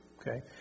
okay